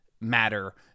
matter